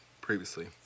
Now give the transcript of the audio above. previously